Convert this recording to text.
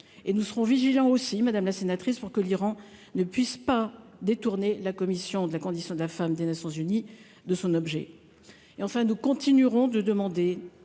Nous serons vigilants aussi, madame la sénatrice, pour que l'Iran ne puisse pas détourner la commission de la condition de la femme des Nations unies de son objet. Enfin, nous continuerons de demander